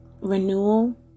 renewal